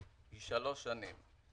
תקופת ההתיישנות היא שלוש שנים.